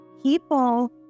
People